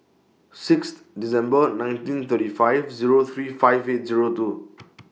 Sixth December nineteen thirty five Zero three five eight Zero two